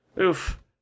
Oof